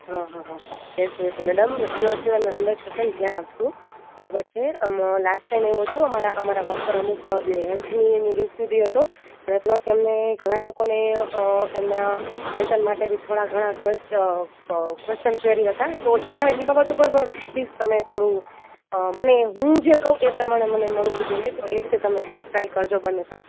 હં હં હં yes yes madam sure sure અમે હન્ડ્રેડ પર્સેન્ટ ધ્યાન આપીશું બરાબર છે અમો લાસ્ટ ટાઈમ એવું હતું અમારા અમારા વર્કર અમુક જે હેલ્થની એની ઇસ્યુ બી હતો અને પ્લસ એમને ઘણાં લોકોને એમનાં વેતન માટે બી થોડા ઘણા ક્વેશ્ચન ક્વેરી હતા તો એના એ બાબત ઉપર પણ પ્લીઝ તમે થોડું મને હું જે કહું એ પ્રમાણે મને મળવું જોઈએ તો એ રીતે તમે પ્લીઝ ટ્રાય કરજો બને તો